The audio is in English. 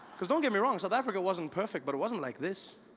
because don't get me wrong south africa wasn't perfect, but it wasn't like this.